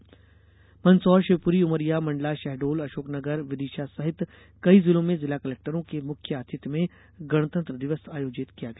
वहीं मंदसौर शिवपुरी उमरिया मंडला शहडोल अशोक नगर विदिशासिवनी सहित कई जिलों में जिला कलेक्टरों के मुख्य आतिथ्य में गणतंत्र दिवस आयोजित किया गया